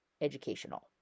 educational